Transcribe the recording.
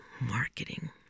marketing